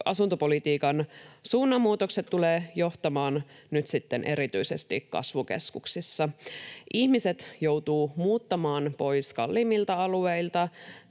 asuntopolitiikan suunnanmuutokset tulevat johtamaan nyt sitten erityisesti kasvukeskuksissa. Ihmiset joutuvat muuttamaan pois kalliimmilta alueilta.